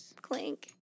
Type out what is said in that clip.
Clink